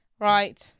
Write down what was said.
Right